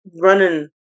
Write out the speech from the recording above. running